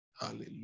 Hallelujah